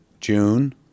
June